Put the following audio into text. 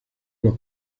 los